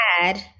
add